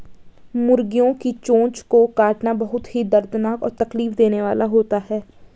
मुर्गियों की चोंच को काटना बहुत ही दर्दनाक और तकलीफ देने वाला होता है